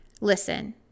Listen